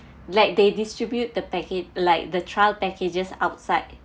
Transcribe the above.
like they distribute the package like the trial packages outside